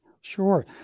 Sure